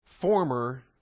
former